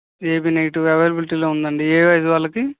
AB negative అవైలబుల్టీలో ఉందండి ఏ వయస్సు వాళ్ళకి